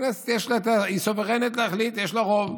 הכנסת סוברנית להחליט, ויש לה רוב.